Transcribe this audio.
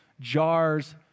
jars